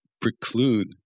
preclude